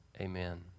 Amen